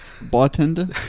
Bartender